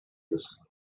this